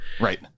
Right